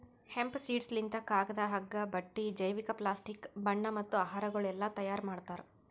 hemp seeds ಲಿಂತ್ ಕಾಗದ, ಹಗ್ಗ, ಬಟ್ಟಿ, ಜೈವಿಕ, ಪ್ಲಾಸ್ಟಿಕ್, ಬಣ್ಣ ಮತ್ತ ಆಹಾರಗೊಳ್ ಎಲ್ಲಾ ತೈಯಾರ್ ಮಾಡ್ತಾರ್